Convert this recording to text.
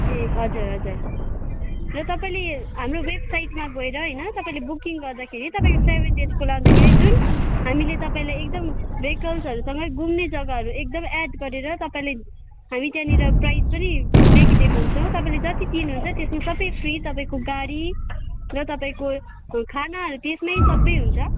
ए हजुर हजुर यो तपाईँले हाम्रो वेबसाइटमा गएर होइन तपाईँले बुकिङ गर्दाखेरि तपाईँले सेभेन डेज्को लाँदाखेरि जुन हामीले तपाईँलाई एकदम भेकल्सहरूसँगै घुम्ने जग्गाहरू एकदम एड गरेर तपाईँले हामी त्यहाँनिर प्राइज पनि लेखिदिएको हुन्छौँ तपाईँले जति तिर्नुहुन्छ त्यति सबै फ्री तपाईँको गाडी र तपाईँको खानाहरू त्यसमा सबै हुन्छ